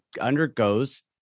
undergoes